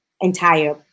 entire